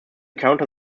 counter